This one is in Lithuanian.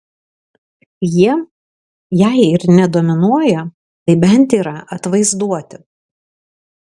jie jei ir ne dominuoja tai bent yra atvaizduoti